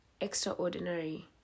extraordinary